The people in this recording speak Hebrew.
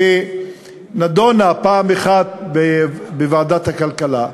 היא נדונה פעם אחת בוועדת הכלכלה,